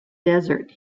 desert